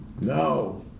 No